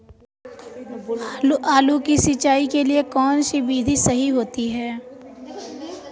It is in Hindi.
आलू की सिंचाई के लिए कौन सी विधि सही होती है?